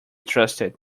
trusted